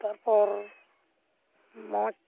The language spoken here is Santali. ᱛᱟᱨᱯᱚᱨ ᱢᱚᱡᱽ